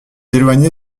éloigné